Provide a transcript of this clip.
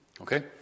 Okay